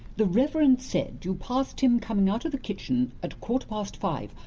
the reverend said you passed him coming out of the kitchen at quarter past five,